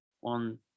One